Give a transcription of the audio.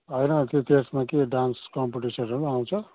होइन अन्त त्यसमा के डान्स कम्पिटिसनहरू पनि आउँछ